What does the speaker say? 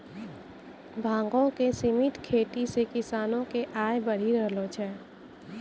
भांगो के सिमित खेती से किसानो के आय बढ़ी रहलो छै